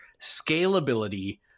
scalability